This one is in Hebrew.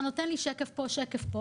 אתה נותן לי שקף פה ושקף שם,